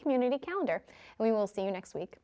community count or we will see you next week